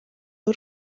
w’u